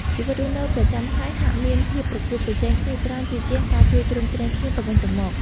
ជីវិតរស់នៅប្រចាំថ្ងៃហាក់មានភាពប្រកួតប្រជែងគ្នាច្រើនជាជាងការជួយជ្រោមជ្រែងគ្នាទៅវិញទៅមក។